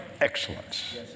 excellence